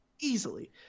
easily